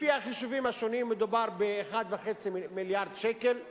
לפי החישובים השונים מדובר ב-1.5 מיליארד שקל.